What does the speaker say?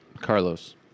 Carlos